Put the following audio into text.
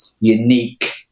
unique